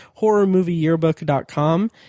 horrormovieyearbook.com